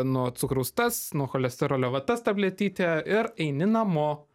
nuo cukraus tas nuo cholesterolio va tas tabletytė ir eini namo